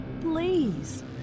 Please